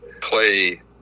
play